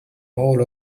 all